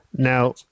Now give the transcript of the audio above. Now